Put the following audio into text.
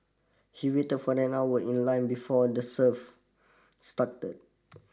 he waited for an hour in line before the serve started